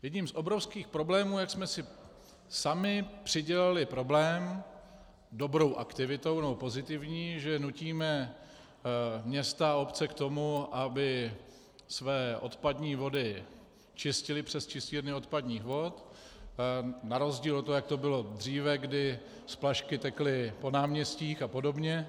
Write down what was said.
Jedním z obrovských problémů, jak jsme si sami přidělali problém dobrou aktivitou, nebo pozitivní, že nutíme města a obce k tomu, aby své odpadní vody čistily přes čistírny odpadních vod na rozdíl od toho, jak to bylo dříve, kdy splašky tekly po náměstích apod.